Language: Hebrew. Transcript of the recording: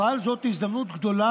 אבל זאת הזדמנות גדולה,